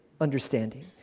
understanding